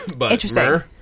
Interesting